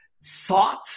sought